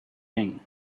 thing